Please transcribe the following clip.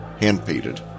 hand-painted